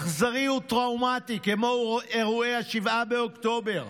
אכזרי וטראומטי כמו אירועי 7 באוקטובר,